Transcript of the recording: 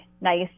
nice